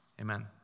amen